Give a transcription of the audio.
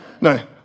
No